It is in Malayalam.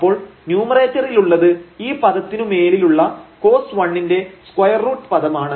അപ്പോൾ ന്യൂമറേറ്ററിലുള്ളത് ഈ പദത്തിനു മേലിലുള്ള cos 1 ന്റെ സ്ക്വയർ റൂട്ട് പദമാണ്